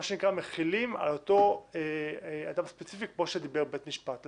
שנקרא מחילים על אותו אדם ספציפי כמו שדיבר בית המשפט.